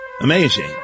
Amazing